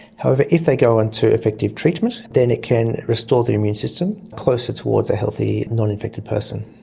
however, if they go on to effective treatment then it can restore the immune system closer towards a healthy, non-infected person.